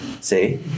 See